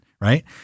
Right